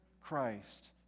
Christ